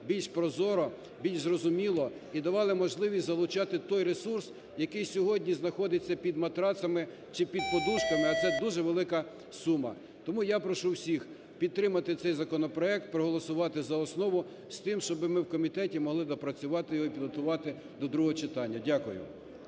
більш прозоро, більш зрозуміло і давали можливість залучати той ресурс, який сьогодні знаходиться під матрацами чи під подушками, а це дуже велика сума. Тому я прошу всіх підтримати цей законопроект, проголосувати за основу з тим, щоб ми в комітеті могли доопрацювати його і підготувати до другого читання. Дякую.